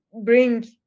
bring